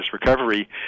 recovery